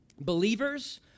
Believers